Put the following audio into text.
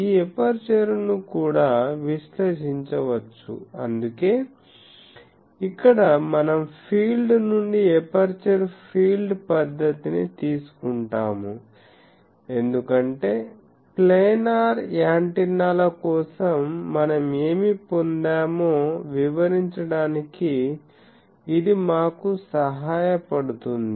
ఈ ఎపర్చరును కూడా విశ్లేషించవచ్చు అందుకే ఇక్కడ మనం ఫీల్డ్ నుండి ఎపర్చరు ఫీల్డ్ పద్ధతిని తీసుకుంటాము ఎందుకంటే ప్లానర్ యాంటెన్నాల కోసం మనం ఏమి పొందామో వివరించడానికి ఇది మాకు సహాయపడుతుంది